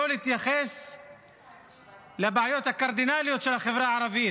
לא להתייחס לבעיות הקרדינליות של החברה הערבית,